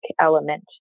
element